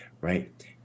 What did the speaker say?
right